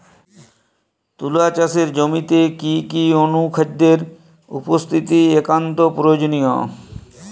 তুলা চাষের জমিতে কি কি অনুখাদ্যের উপস্থিতি একান্ত প্রয়োজনীয়?